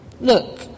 Look